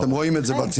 אתם רואים את זה.